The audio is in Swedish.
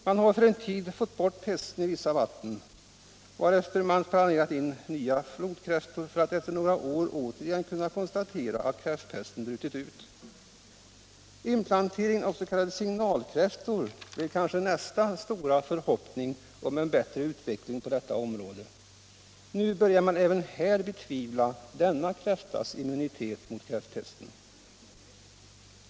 Man har för en tid fått bort pesten i vissa vatten, varefter man planterat in nya flodkräftor, för att efter några år återigen kunna konstatera att kräftpest brutit ut. Inplantering av s.k. signalkräftor blir kanske nästa stora förhoppning om en bättre utveckling på detta område. Nu börjar man även här betvivla denna kräftas immunitet mot kräftpesten.